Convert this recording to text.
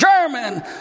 German